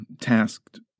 tasked